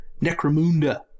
Necromunda